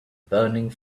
burning